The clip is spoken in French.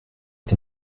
est